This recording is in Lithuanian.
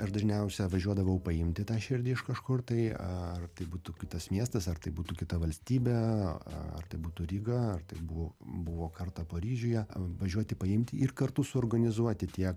aš dažniausia važiuodavau paimti tą širdį iš kažkur tai ar tai būtų kitas miestas ar tai būtų kita valstybė ar tai būtų ryga ar tai buvo buvo kartą paryžiuje važiuoti paimti ir kartu suorganizuoti tiek